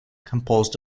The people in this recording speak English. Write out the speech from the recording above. composed